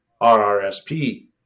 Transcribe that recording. RRSP